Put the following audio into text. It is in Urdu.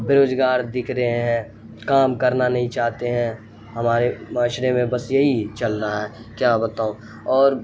بےروزگار دکھ رے ہیں کام کرنا نہیں چاہتے ہیں ہمارے معاشرے میں بس یہی چل رہا ہے کیا بتاؤں اور